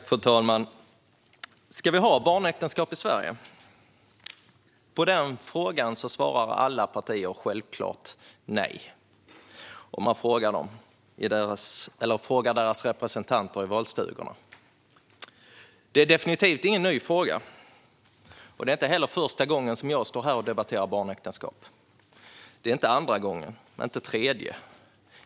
Fru talman! Ska vi ha barnäktenskap i Sverige? När man frågar partiernas representanter i valstugorna svarar alla partier självklart nej på den frågan. Detta är definitivt ingen ny fråga. Det är heller inte första gången som jag står här och debatterar barnäktenskap. Det är inte andra gången och heller inte den tredje.